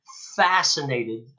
fascinated